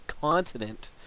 continent